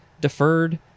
deferred